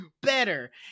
better